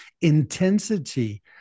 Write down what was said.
intensity